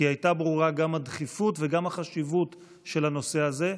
כי הייתה ברורה גם הדחיפות וגם החשיבות של הנושא הזה,